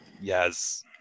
Yes